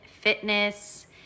fitness